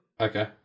Okay